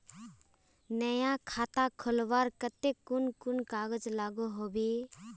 नया खाता खोलवार केते कुन कुन कागज लागोहो होबे?